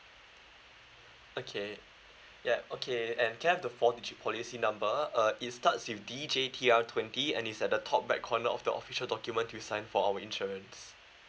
okay ya okay and can I have the four digit policy number uh it starts with D J T R twenty and it's at the top back corner of the official document you signed for our insurance